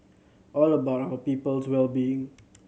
all about our people's well being